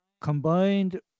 combined